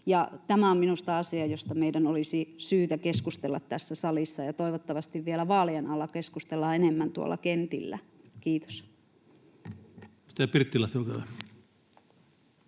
Tämä on minusta asia, josta meidän olisi syytä keskustella tässä salissa ja toivottavasti vielä vaalien alla keskustellaan enemmän tuolla kentillä. — Kiitos.